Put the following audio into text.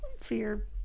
fear